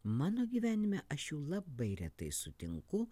mano gyvenime aš jų labai retai sutinku